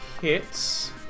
hits